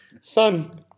Son